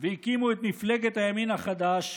והקימו את מפלגת הימין החדש,